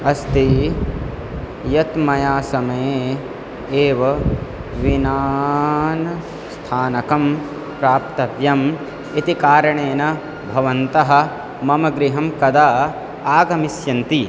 अस्ति यत् मया समये एव विमानस्थानकं प्राप्तव्यम् इति कारणेन भवन्तः मम गृहं कदा आगमिष्यन्ति